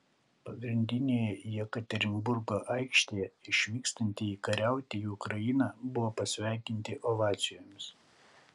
pagrindinėje jekaterinburgo aikštėje išvykstantieji kariauti į ukrainą buvo pasveikinti ovacijomis